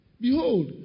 Behold